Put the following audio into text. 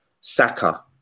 Saka